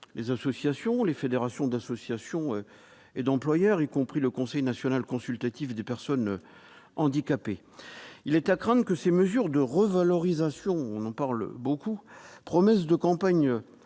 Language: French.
les associations, les fédérations d'associations et d'employeurs, y compris le Conseil national consultatif des personnes handicapées. Il est à craindre que les mesures de revalorisation, promesse de campagne du Président